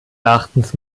erachtens